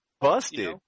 busted